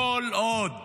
שכל עוד